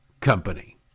company